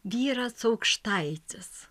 vyras aukštaitis